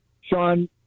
Sean